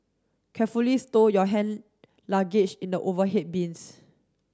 carefully stow your hand luggage in the overhead bins